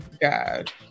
God